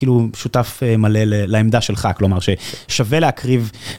כאילו שותף מלא לעמדה שלך, כלומר ששווה להקריב.